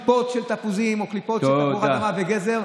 הילד יאכל קליפות של תפוזים או קליפות של תפוח אדמה וגזר,